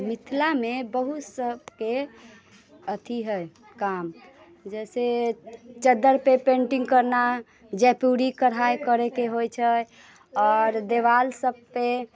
मिथिलामे बहुत सभके अथि हइ काम जैसे चद्दरिपर पेन्टिंग करना जयपुरी कढ़ाइ करैके होइ छै आओर देवाल सभपर